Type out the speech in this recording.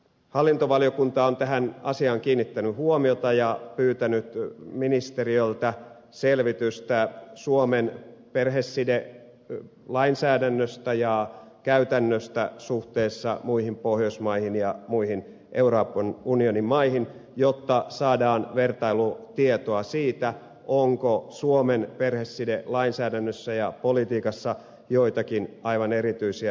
hallintovaliokunta on tähän asiaan kiinnittänyt huomiota ja pyytänyt ministeriöltä selvitystä suomen perhesidelainsäädännöstä ja käytännöstä suhteessa muihin pohjoismaihin ja muihin euroopan unionin maihin jotta saadaan vertailutietoa siitä onko suomen perhesidelainsäädännössä ja politiikassa joitakin aivan erityisiä vetovoimatekijöitä